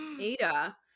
Ada